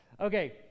Okay